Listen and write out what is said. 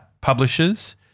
publishers